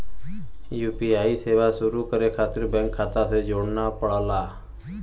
UPI सेवा शुरू करे खातिर बैंक खाता से जोड़ना पड़ला